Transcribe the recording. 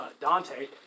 Dante